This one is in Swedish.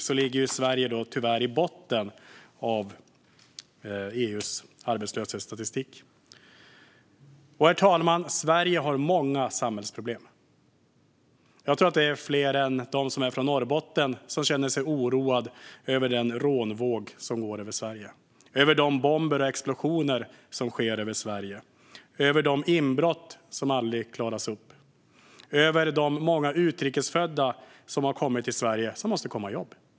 Sverige ligger tyvärr i botten i EU:s arbetslöshetsstatistik. Herr talman! Sverige har många samhällsproblem. Jag tror att det är fler än de som är från Norrbotten som känner sig oroade över den rånvåg som går över Sverige, över de bombningar och explosioner som sker i Sverige, över de inbrott som aldrig klaras upp och över de många utrikes födda som har kommit till Sverige och som måste komma i jobb.